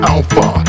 Alpha